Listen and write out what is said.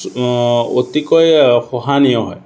অতিকৈ সহনীয় হয়